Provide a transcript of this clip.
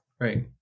Right